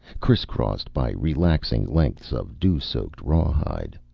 criss-crossed by relaxing lengths of dew-soaked rawhide.